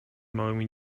małymi